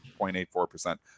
0.84%